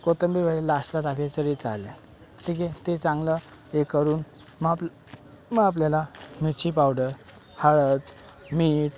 कोथिंबीर लास्टला टाकली तरी चालेल ठीक आहे ते चांगलं हे करून मग आपलं मग आपल्याला मिरची पावडर हळद मीठ